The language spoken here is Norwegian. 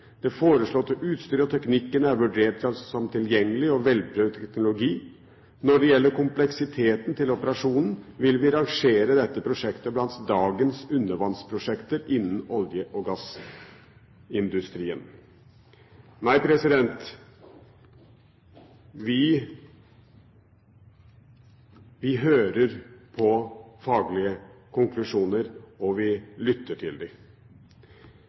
og teknikkene som er foreslått benyttet, er vurdert som tilgjengelig og velprøvet teknologi.» Når det gjelder kompleksiteten til operasjonen, vil man rangere dette prosjektet blant dagens undervannsprosjekter innen olje- og gassindustrien. Nei, vi hører på faglige konklusjoner, og vi lytter til